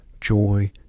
joy